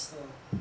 uh